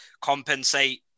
compensate